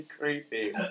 creepy